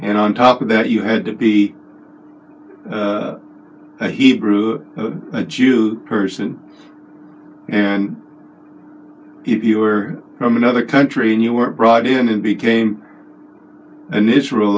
and on top of that you had to be a hebrew jew person and if you were from another country and you were brought in and became an israel